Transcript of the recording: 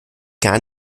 gar